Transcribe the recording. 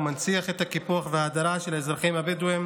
ומנציח את הקיפוח וההדרה של האזרחים הבדואים.